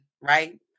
right